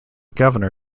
governor